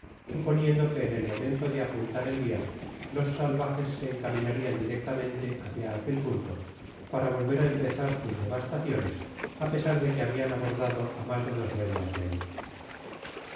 suponiendo que en el momento de apuntar el dia los salvajes se encaminarian directamente hácia aquel punto para volver á empezar sus devastaciones á pesar de que habian abordado á mas de dos leguas de alli los